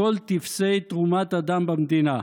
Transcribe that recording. מכל טופסי תרומת הדם במדינה,